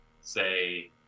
say